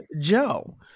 Joe